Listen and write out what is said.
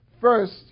First